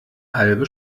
halbe